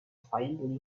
faintly